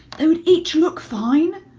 they would each look fine,